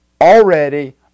already